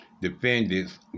defendants